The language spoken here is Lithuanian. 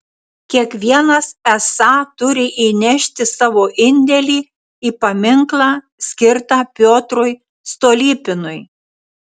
kiekvienas esą turi įnešti savo indėlį į paminklą skirtą piotrui stolypinui